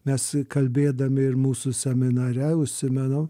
mes kalbėdami ir mūsų seminare užsimenam